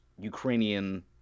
Ukrainian